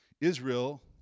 Israel